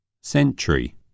Century